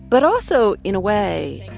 but also, in a way,